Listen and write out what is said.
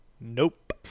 Nope